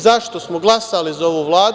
Zašto smo glasali za ovu Vladu?